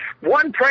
one